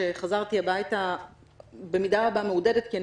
שחזרתי הביתה במידה רבה מעודדת כי אני